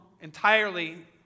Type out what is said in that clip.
entirely